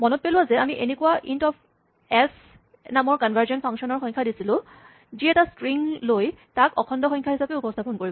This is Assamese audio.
মনত পেলোৱা যে আমি এনেকুৱা ইন্ট অফ এচ নামৰ কনভাৰজন ফাংচনৰ সংজ্ঞা দিছিলোঁ যি এটা স্ট্ৰিং লৈ তাক অখণ্ড সংখ্যা হিচাপে উপস্হাপন কৰিব